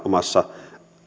omassa